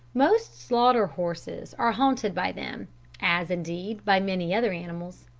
most slaughter-houses are haunted by them as, indeed, by many other animals.